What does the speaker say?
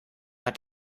hat